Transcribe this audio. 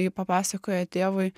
ji papasakojo tėvui